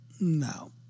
no